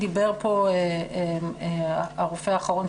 דיבר פה הרופא האחרון,